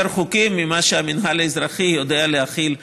יותר חוקים ממה שהמינהל האזרחי יודע להחיל ביו"ש,